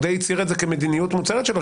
הוא די הצהיר על כך כמדיניות מוצהרת שלו,